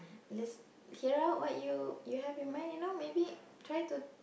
list clear out what you you have in mind you know maybe try to